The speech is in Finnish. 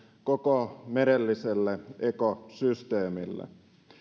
koko merelliselle ekosysteemille